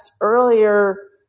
earlier